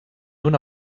una